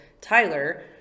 Tyler